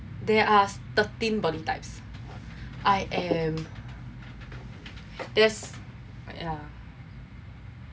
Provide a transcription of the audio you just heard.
there are thirteen body types I am there's